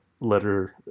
Letter